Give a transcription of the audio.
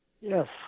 Yes